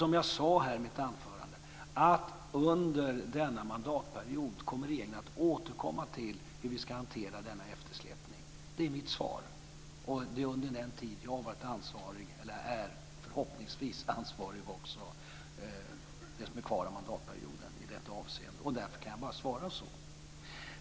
Som jag sade i mitt anförande, kommer regeringen under denna mandatperiod att återkomma till hur vi ska hantera denna eftersläpning. Det är mitt svar. Det är under den tid som är kvar av mandatperioden som jag, förhoppningsvis, är ansvarig i detta avseende. Därför kan jag bara svara så.